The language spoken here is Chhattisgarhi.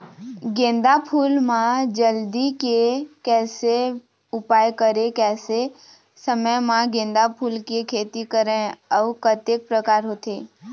गेंदा फूल मा जल्दी के कैसे उपाय करें कैसे समय मा गेंदा फूल के खेती करें अउ कतेक प्रकार होथे?